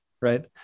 right